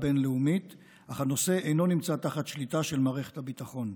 הבין-לאומית אך הנושא אינו נמצא תחת שליטה של מערכת הביטחון.